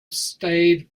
stayed